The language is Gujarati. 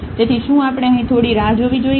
તેથી શું આપણે અહીં થોડી રાહ જોવી જોઈએ